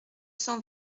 cent